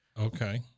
Okay